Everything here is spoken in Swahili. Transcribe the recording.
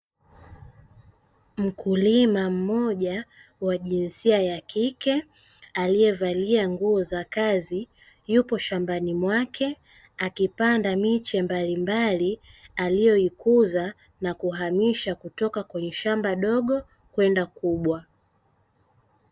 Mkulima mmoja wa jinsia ya kike aliyevalia nguo za kazi yupo shambani mwake akipanda miche mbalimbali aliyoikuza na kuhamisha kutoka kwenye shamba dogo kwenda kubwa.